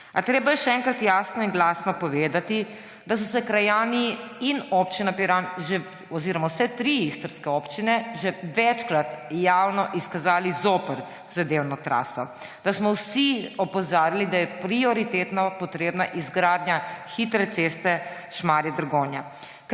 A treba je še enkrat jasno in glasno povedati, da so se krajani in Občina Piran oziroma vse tri istrske občine že večkrat javno izkazali zoper zadevno traso, da smo vsi opozarjali, da je prioritetno potrebna izgradnja hitre ceste Šmarje–Dragonja.